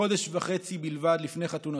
חודש וחצי בלבד לפני חתונתו.